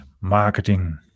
marketing